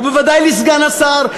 ובוודאי לסגן השר,